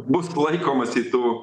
bus laikomasi tų